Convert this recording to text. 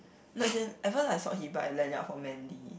no as in at first I saw he buy a lanyard for Mandy